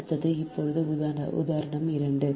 அடுத்தது இப்போது உதாரணம் 2